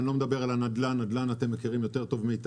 אני לא מדבר על הנדל"ן אתם מכירים את הנדל"ן טוב יותר מאתנו.